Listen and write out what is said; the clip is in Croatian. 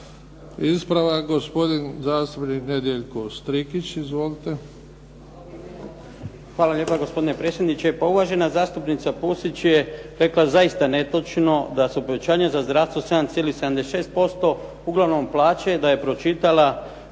Ispravak, gospodin zastupnik Nedjeljko Strikić. Izvolite. **Strikić, Nedjeljko (HDZ)** Hvala lijepa gospodine predsjedniče. Pa uvažena zastupnica Pusić je rekla zaista netočno da su povećanja za zdravstvo 7,76%, uglavnom plaće. Da je pročitala